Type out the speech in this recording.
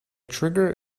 trigger